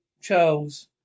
Charles